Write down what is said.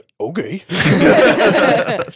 Okay